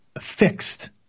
fixed